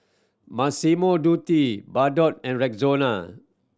Massimo Dutti Bardot and Rexona